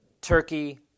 turkey